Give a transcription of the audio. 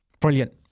Brilliant